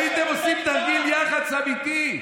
הייתם עושים תרגיל יח"צ אמיתי,